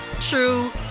true